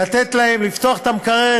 לפתוח את המקרר,